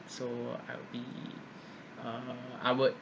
so I would be uh I would